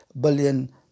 billion